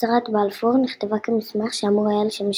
הצהרת בלפור נכתבה כמסמך שאמור היה לשמש